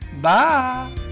Bye